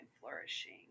flourishing